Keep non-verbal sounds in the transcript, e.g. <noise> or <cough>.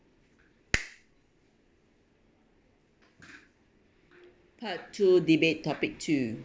<noise> part two debate topic two